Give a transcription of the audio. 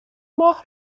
ماه